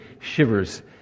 shivers